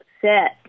set